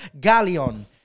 Galleon